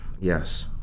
yes